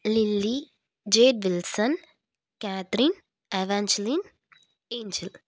lily J Pilson Catherine Evangeline angel